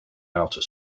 outer